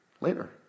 later